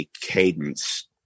cadence